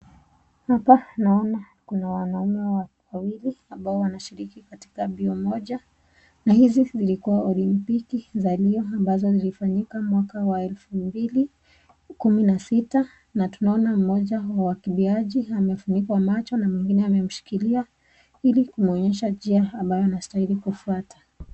Hapa tunaona kuna wanaume wawili ambao wanashiriki katika mbio moja. Na hizi zilikuwa Olimpiki za mbio ambazo zilifanyika mwaka wa elfu mbili kumi na sita. Na tunaona mmoja wa wakimbiaji amefunika macho na mwingine amemshikilia ili kumwonyesha njia ambayo anastahili kufuata.